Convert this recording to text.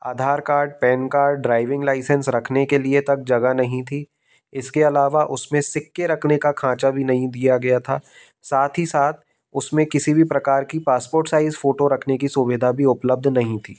आधार card PAN card driving licence रखने के लिए तक जगह नहीं थी इसके अलावा उसमें सिक्के रखने का खाँचा भी नहीं दिया गया था साथ ही साथ उसमें किसी भी प्रकार की पासपोर्ट साइज़ फ़ोटो रखने की सुविधा भी उपलब्ध नहीं थी